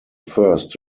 first